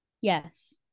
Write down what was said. yes